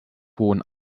hohen